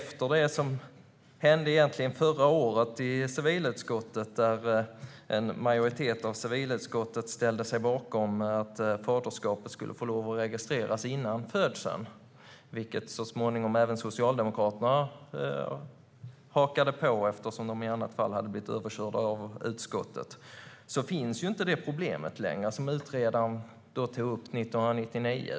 Men efter att en majoritet i civilutskottet förra året ställde sig bakom att faderskapet ska få registreras före födseln - något som även Socialdemokraterna så småningom hakade på eftersom de annars hade blivit överkörda av utskottet - finns inte längre det problemet som utredaren tog upp 1999.